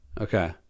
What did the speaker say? Okay